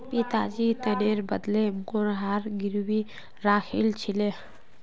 पिताजी ऋनेर बदले मोर हार गिरवी राखिल छिले